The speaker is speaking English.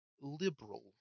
liberal